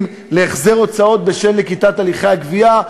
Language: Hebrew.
להחזר הוצאות בשל נקיטת הליכי הגבייה.